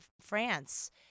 France